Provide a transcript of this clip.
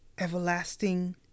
everlasting